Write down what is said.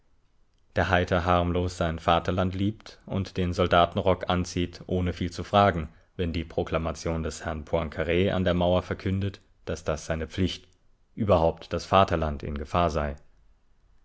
der heiter-harmlos sein vaterland liebt und den soldatenrock anzieht ohne viel zu fragen wenn die proklamation des herrn poincar an der mauer verkündet daß das seine pflicht überhaupt das vaterland in gefahr sei